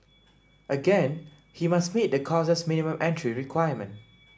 again he must meet the course's minimum entry requirement